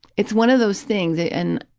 it's one of those things, and